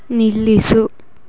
ನಿಲ್ಲಿಸು